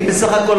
אני בסך הכול,